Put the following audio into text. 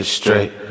straight